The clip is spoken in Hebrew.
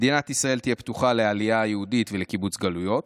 מדינת ישראל תהיה פתוחה לעלייה יהודית ולקיבוץ גלויות.